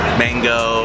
mango